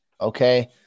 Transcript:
Okay